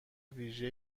ویژه